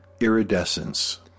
iridescence